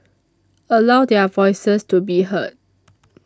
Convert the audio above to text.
allow their voices to be heard